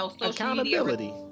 accountability